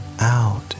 Out